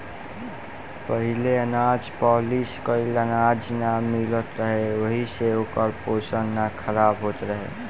पहिले अनाज पॉलिश कइल अनाज ना मिलत रहे ओहि से ओकर पोषण ना खराब होत रहे